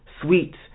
sweet